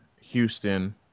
Houston